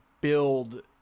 build